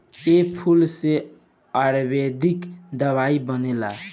ए फूल से आयुर्वेदिक दवाई बनेला